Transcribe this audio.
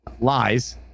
Lies